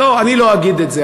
לא, אני לא אגיד את זה.